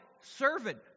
servant